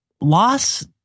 loss